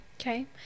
Okay